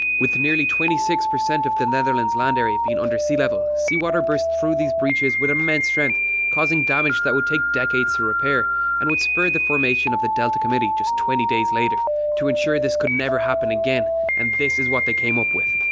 with nearly twenty six percent of the netherlands land area being under sea level, seawater burst through these breeches with immense strength causing damage that would take decades to repair and would spur the formation of the delta committee just twenty days later to ensure this could never happen again and this is what they came up with.